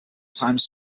times